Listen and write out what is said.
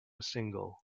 single